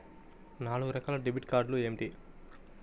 నాలుగు రకాల డెబిట్ కార్డులు ఏమిటి?